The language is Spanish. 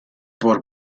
por